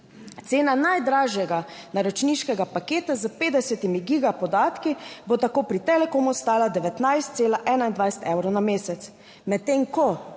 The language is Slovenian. Cena najdražjega naročniškega paketa s 50 giga podatki bo tako pri Telekomu stala 19,21 evrov na mesec. Medtem ko,